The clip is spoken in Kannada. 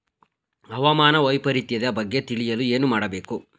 ಹವಾಮಾನ ವೈಪರಿತ್ಯದ ಬಗ್ಗೆ ತಿಳಿಯಲು ಏನು ಮಾಡಬೇಕು?